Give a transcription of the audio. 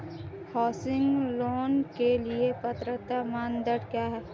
Housing loan के लिए पात्रता मानदंड क्या हैं?